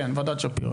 כן, ועדת שפירא.